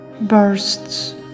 bursts